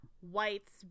whites